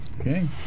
Okay